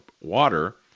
water